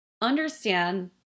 understand